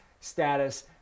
status